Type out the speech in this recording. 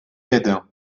aide